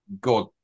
God